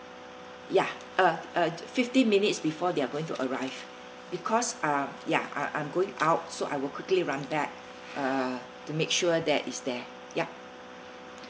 ya uh uh fifty minutes before they're going to arrive because um ya I'm I'm going out so I will quickly run back uh to make sure that is there ya